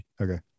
Okay